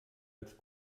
als